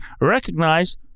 recognize